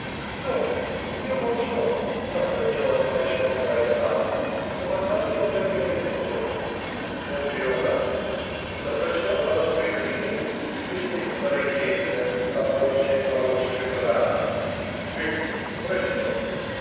no io non so s'affrettò a rispondere flavia ho mandato a prender l'etere non giova s'appressò alla scrivania scrisse una ricetta la porse allo scritturale ecco presto